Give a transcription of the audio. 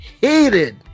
hated